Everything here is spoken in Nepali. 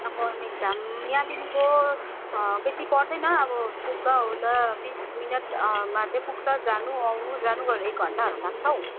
बर्मिकधाम यहाँदिनको बेसी पर्दैन अब पुग्दाओर्दा बिस मिनट मा चाहिँ पुग्छ जानु आउनु जानु गरेर एक घन्टाहरू लाग्छ हौ